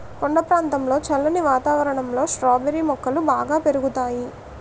కొండ ప్రాంతంలో చల్లని వాతావరణంలో స్ట్రాబెర్రీ మొక్కలు బాగా పెరుగుతాయి